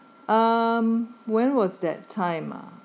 um when was that time ah